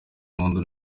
impundu